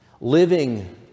Living